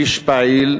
איש פעיל,